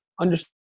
understand